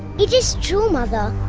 it is true, mother.